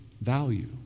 value